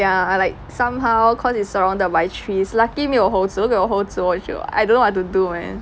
ya like somehow cause it's surrounded by trees lucky 没有猴子如果有猴子我就 I don't know what to do man